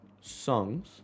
songs